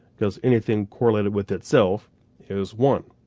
cause anything correlated with itself is one.